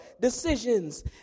decisions